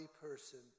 person